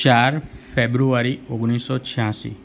ચાર ફેબ્રુઆરી ઓગણીસો છ્યાંસી